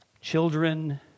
children